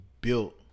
built